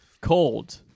cold